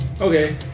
Okay